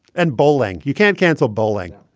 and bowling. you can't cancel bowling